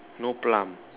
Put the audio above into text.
no plum